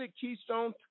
keystone